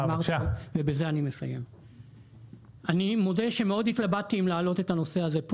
אני מודה שמאוד התלבטתי אם להעלות את הנושא הזה פה.